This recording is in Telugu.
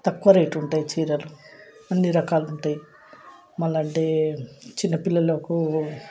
తక్కువ రేట్ ఉంటాయి చీరలు అన్ని రకాలు ఉంటాయి మళ్ళంటే చిన్నపిల్లలకు